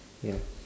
ya